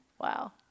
Wow